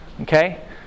Okay